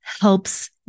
helps